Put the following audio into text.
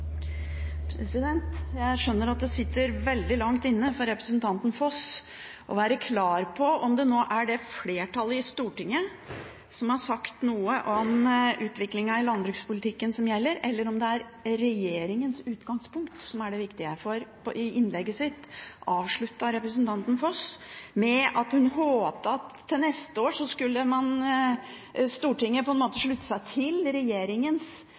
Jeg skjønner at det sitter veldig langt inne for representanten Foss å være klar på om det nå er det flertallet i Stortinget har sagt om utviklingen i landbrukspolitikken som gjelder, eller om det er regjeringens utgangspunkt som er det viktige, for i innlegget sitt avsluttet representanten Foss med å si at hun håpet at Stortinget til neste år skulle slutte seg til regjeringens framlegg til Stortinget nesten uansett. Det mener jeg er illevarslende, fordi regjeringens